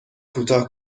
کوتاه